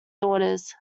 daughters